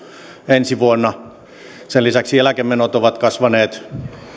ensi vuonna sen lisäksi eläkemenot ovat kasvaneet